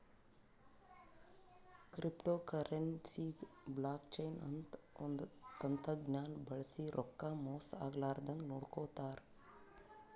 ಕ್ರಿಪ್ಟೋಕರೆನ್ಸಿಗ್ blockchain ಅಂತ್ ಒಂದ್ ತಂತಜ್ಞಾನ್ ಬಳ್ಸಿ ರೊಕ್ಕಾ ಮೋಸ್ ಆಗ್ಲರದಂಗ್ ನೋಡ್ಕೋತಾರ್